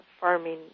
farming